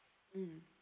mm